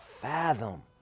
fathom